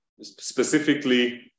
specifically